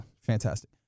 Fantastic